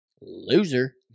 Loser